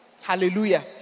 Hallelujah